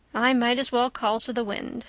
i might as well call to the wind.